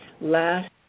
last